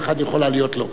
כל אחד יכולה להיות לו.